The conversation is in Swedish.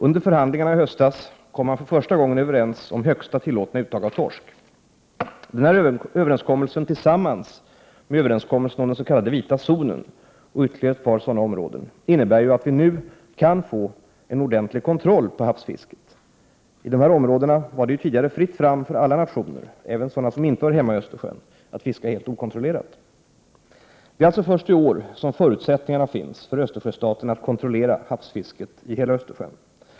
Under förhandlingarna i höstas kom man för första gången överens om högsta tillåtna uttag av torsk. Denna överenskommelse tillsammans med överenskommelsen om den s.k. vita zonen och ytterligare ett par sådana områden innebär att vi nu kan få ordentlig kontroll på havsfisket. I dessa områden var det ju tidigare fritt fram för alla nationer, även sådana som inte hör hemma i Östersjön, att fiska helt okontrollerat. Det är alltså först i år som förutsättningarna finns för Östersjöstaterna att kontrollera havsfisket i hela Östersjön.